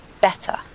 better